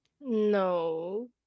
No